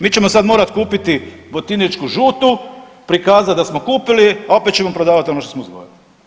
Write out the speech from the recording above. Mi ćemo sad morati kupiti botinečku žutu, prikazati da smo kupili, a opet ćemo prodavati ono što smo uzgojili.